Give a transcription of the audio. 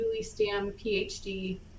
juliestamphd